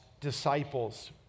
disciples